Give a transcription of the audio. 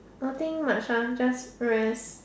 nothing much ah just rest